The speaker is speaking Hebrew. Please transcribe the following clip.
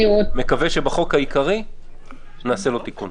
מקווה שבחוק העיקרי נעשה לו תיקון.